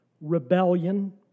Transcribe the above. rebellion